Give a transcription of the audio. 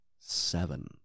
seven